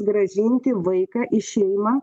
grąžinti vaiką į šeimą